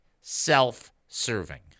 self-serving